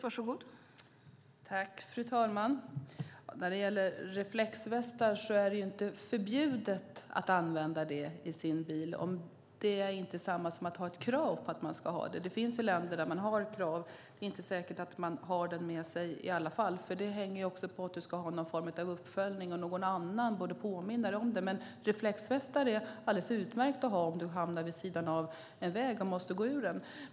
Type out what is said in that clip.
Fru talman! Det är inte förbjudet att använda reflexvästar i sin bil. Det är inte detsamma som att man har ett krav på detta. Det finns länder där man har krav, men det är inte säkert att människor har västen med sig i alla fall. Det hänger också på att man ska ha någon form av uppföljning, och någon annan borde påminna förarna om dem. Reflexvästar är alldeles utmärkta att ha om man hamnar vid sidan av en väg och måste gå ur bilen.